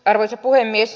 arvoisa puhemies